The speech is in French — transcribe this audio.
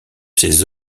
ses